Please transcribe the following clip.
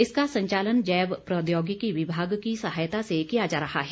इसका संचालन जैव प्रौद्योगिकी विभाग की सहायता से किया जा रहा है